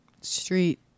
street